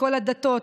מכל הדתות,